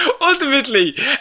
ultimately